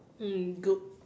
mm good